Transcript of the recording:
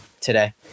today